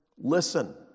Listen